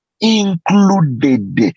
included